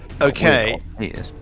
okay